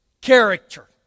character